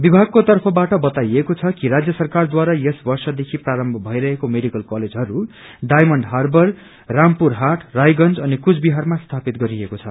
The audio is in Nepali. विमागको तर्फबाट क्ताइएको छ कि राज्य सरकारद्वारा यस वर्षदेखि प्रारम्म भइरहेको मेडिकल कलेजहरू कमशःजायमण्ड हार्बर रामपुरहाट रायगंज अनि कुचबिहारमा स्थापित गरिएको छ